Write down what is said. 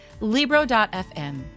Libro.fm